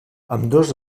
ambdós